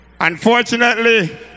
Unfortunately